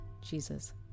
Jesus